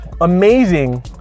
amazing